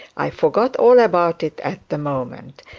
i forgot all about it at the moment.